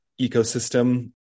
ecosystem